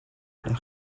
wnewch